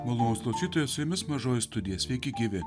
malonūs klausytojai su jumis mažoji studija sveiki gyvi